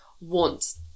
want